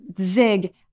Zig